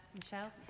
Michelle